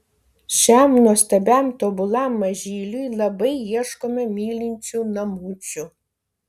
šiam nuostabiam tobulam mažyliui labai ieškome mylinčių namučių